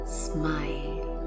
smile